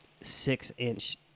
six-inch